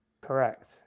Correct